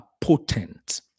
potent